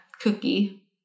Cookie